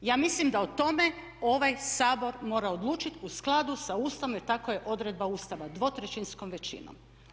Ja mislim da o tome ovaj Sabor mora odlučiti u skladu sa Ustavom jer tako je odredba Ustava, dvotrećinskom većinom.